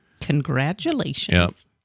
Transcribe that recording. Congratulations